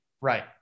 Right